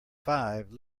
five